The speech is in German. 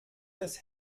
des